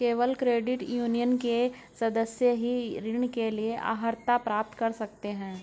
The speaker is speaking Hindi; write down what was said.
केवल क्रेडिट यूनियन के सदस्य ही ऋण के लिए अर्हता प्राप्त कर सकते हैं